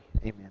Amen